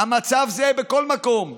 המצב זהה בכל מקום.